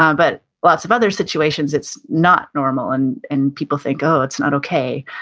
um but lots of other situations, it's not normal and and people think, oh, it's not okay.